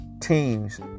teams